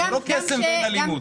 זה לא קסם ואין אלימות.